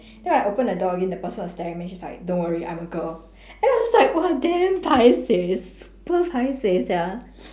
then I open the door again the person was staring at me she's like don't worry I'm a girl then I was just like !wah! damn paiseh super paiseh sia